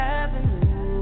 avenue